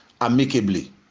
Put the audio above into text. amicably